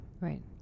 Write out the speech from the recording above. Right